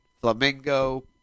Flamingo